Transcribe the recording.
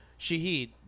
Shahid